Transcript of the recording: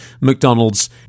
McDonald's